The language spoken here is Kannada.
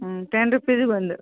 ಹ್ಞೂ ಟೆನ್ ರುಪೀಸಿಗೆ ಒಂದು